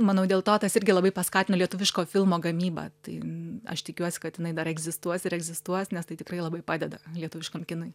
manau dėl to tas irgi labai paskatino lietuviško filmo gamybą tai aš tikiuosi kad jinai dar egzistuos ir egzistuos nes tai tikrai labai padeda lietuviškam kinui